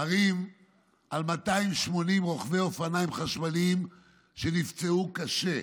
מראים ש-280 רוכבי אופניים חשמליים נפצעו קשה,